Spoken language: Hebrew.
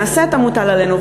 נעשה את המוטל עלינו,